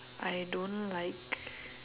I don't like